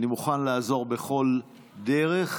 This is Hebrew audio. אני מוכן לעזור בכל דרך.